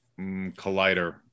Collider